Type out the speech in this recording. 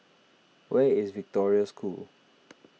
where is Victoria School